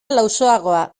lausoagoa